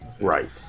Right